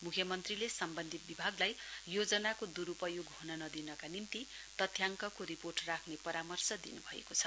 मुख्यमन्त्रीले सम्बन्धित विभागलाई योजनाको दुरुपयोग हुन नदिनेका निम्ति तथ्याङ्कको रिपोर्ट राख्ने परामर्श दिनुभएको छ